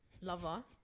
lover